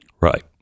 Right